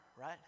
Right